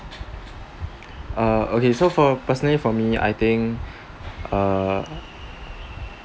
uh okay so for personally for me I think err